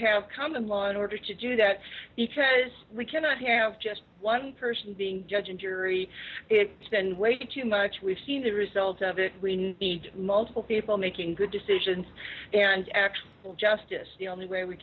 have common law in order to do that because we cannot have just one person being judge and jury it spend way too much we've seen the result of multiple people making good decisions and actually justice the only way we